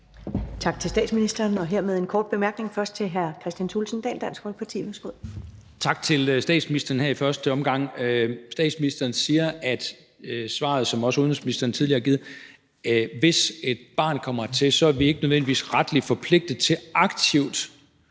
Tak til statsministeren, og hermed en kort bemærkning først til hr. Kristian Thulesen Dahl, Dansk Folkeparti. Værsgo. Kl. 13:10 Kristian Thulesen Dahl (DF): Tak til statsministeren her i første omgang. Statsministeren siger, at svaret, som også udenrigsministeren tidligere har givet, er, at hvis et barn kommer hertil, er vi ikke nødvendigvis retligt forpligtet til aktivt